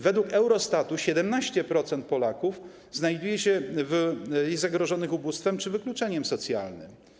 Według Eurostatu 17% Polaków jest zagrożonych ubóstwem czy wykluczeniem socjalnym.